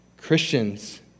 Christians